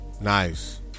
Nice